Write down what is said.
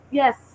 yes